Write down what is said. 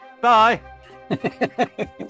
Bye